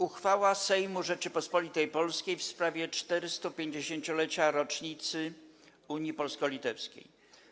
Uchwała Sejmu Rzeczypospolitej Polskiej w sprawie 450. rocznicy Unii Polsko-Litewskiej.